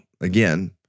again